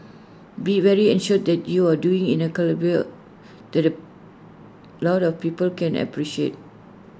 be very assured that you're doing in A calibre that A lot of people can appreciate